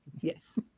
yes